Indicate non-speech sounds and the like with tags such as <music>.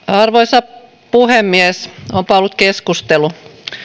<unintelligible> arvoisa puhemies onpa ollut keskustelu